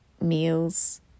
meals